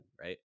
right